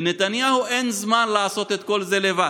לנתניהו אין זמן לעשות את כל זה לבד.